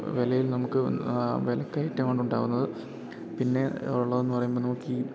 വെലയിൽ നമുക്ക് വെലക്കയറ്റാണ് ഉണ്ടാവുന്നത് പിന്നെ ഒള്ളതെന്ന് പറയുമ്പൊ നമുക്കീ